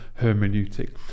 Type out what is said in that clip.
hermeneutic